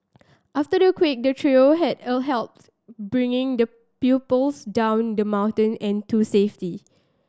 after the quake the trio had helped bring the pupils down the mountain and to safety